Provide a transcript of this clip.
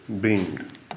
beamed